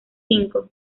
cinco